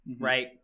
right